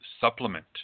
supplement